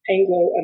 Anglo